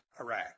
Iraq